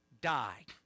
die